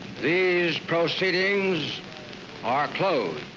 these proceedings are closed.